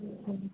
ठीक छै